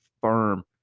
firm